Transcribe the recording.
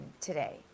today